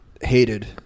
hated